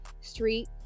Street